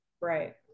right